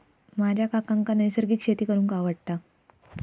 माझ्या काकांका नैसर्गिक शेती करूंक आवडता